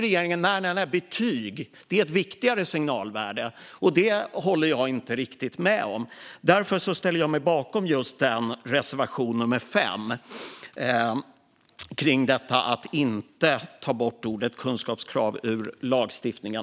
Regeringen tycker att betyg är ett viktigare signalvärde. Det håller jag inte riktigt med om. Därför ställer jag mig bakom reservation 5 om att inte ta bort ordet kunskapskrav ur lagstiftningen.